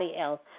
else